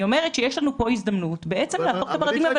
אני בעצם אומרת שיש לנו פה הזדמנות להפוך את הפרדיגמה.